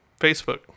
Facebook